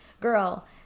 girl